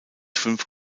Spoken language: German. fünf